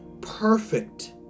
Perfect